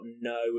no